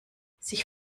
sich